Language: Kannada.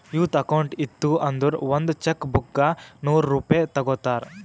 ಯೂತ್ ಅಕೌಂಟ್ ಇತ್ತು ಅಂದುರ್ ಒಂದ್ ಚೆಕ್ ಬುಕ್ಗ ನೂರ್ ರೂಪೆ ತಗೋತಾರ್